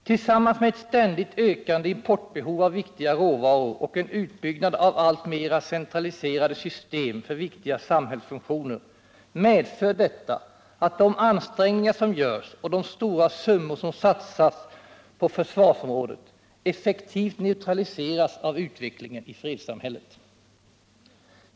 Tillsammans med de ständigt ökande importbehoven av viktiga råvaror och en utbyggnad av alltmera centraliserade system för viktiga samhällsfunktioner medför detta att de ansträngningar som görs och de stora summor som satsas på försvarsområdet effektivt neutraliseras av utvecklingen i fredssamhället.